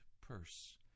purse